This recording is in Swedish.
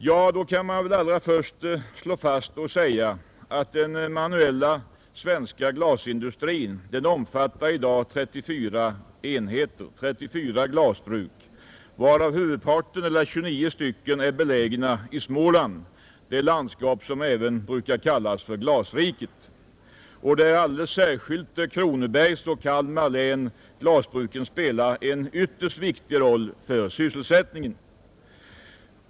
Ja, man kan först slå fast att den manuella svenska glasindustrin i dag omfattar 34 glasbruk, varav huvudparten, eller 29, är belägna i Småland, även kallat Glasriket, där särskilt i Kronobergs och Kalmar län glasbruken spelar en ytterst viktig roll för sysselsättningen.